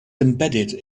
embedded